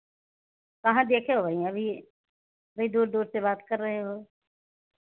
कहाँ देखो हो भाई अभी अभी दूर दूर से बात कर रहे हो